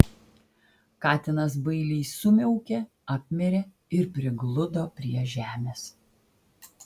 katinas bailiai sumiaukė apmirė ir prigludo prie žemės